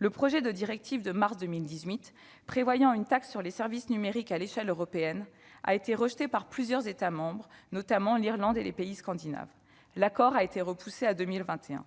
Le projet de directive de mars 2018, qui prévoyait une taxe sur les services numériques à l'échelle européenne, a été rejeté par plusieurs États membres, notamment l'Irlande et les pays scandinaves. L'accord a été renvoyé à 2021.